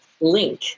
link